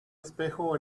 espejo